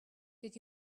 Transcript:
did